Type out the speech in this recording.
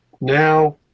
now